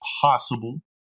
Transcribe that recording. possible